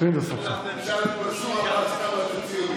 תשאל את מנסור עבאס כמה אתה ציוני.